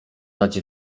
dać